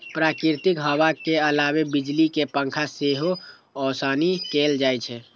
प्राकृतिक हवा के अलावे बिजली के पंखा से सेहो ओसौनी कैल जाइ छै